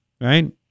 Right